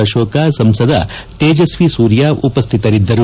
ಅಶೋಕ ಸಂಸದ ತೇಜಸ್ವಿ ಸೂರ್ಯ ಉಪಸ್ಹಿತರಿದ್ದರು